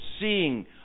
seeing